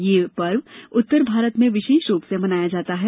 ये पर्व उत्तरभारत में विशेष रूप से मनाया जाता है